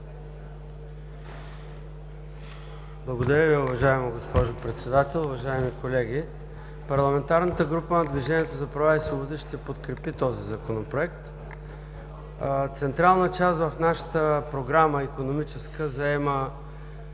Благодаря Ви, уважаема госпожо Председател! Уважаеми колеги, парламентарната група на „Движението за права и свободи“ ще подкрепи този Законопроект. Централна част в нашата икономическа